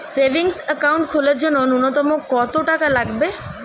Savings account খোলার জন্য নূন্যতম কত টাকা লাগবে?